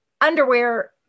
underwear